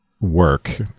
work